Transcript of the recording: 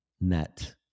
net